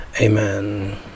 Amen